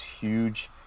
huge